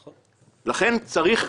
לכן, צריך,